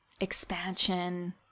expansion